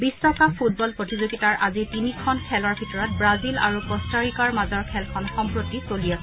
বিশ্বকাপ ফুটবল প্ৰতিযোগিতাৰ আজিৰ তিনিখন খেলৰ ভিতৰত ৱাজিল আৰু কষ্টাৰিকাৰ মাজৰ খেলখন সম্প্ৰতি চলি আছে